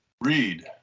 Read